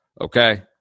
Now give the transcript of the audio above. Okay